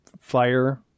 fire